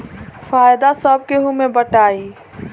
फायदा सब केहू मे बटाई